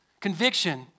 conviction